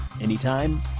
anytime